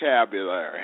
vocabulary